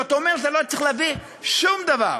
זאת אומרת, לא הייתי צריך להביא שום דבר,